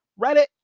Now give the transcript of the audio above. Reddit